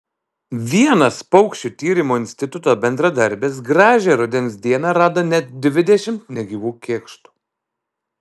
vienas paukščių tyrimo instituto bendradarbis gražią rudens dieną rado net dvidešimt negyvų kėkštų